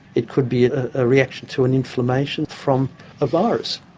it could be a reaction to an inflammation from a virus,